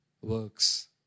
works